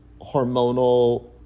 hormonal